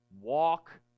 Walk